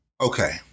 okay